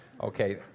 Okay